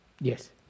Yes